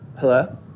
Hello